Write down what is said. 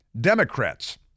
Democrats